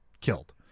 killed